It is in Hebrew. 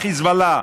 לחיזבאללה,